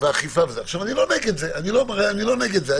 אני לא נגד זה.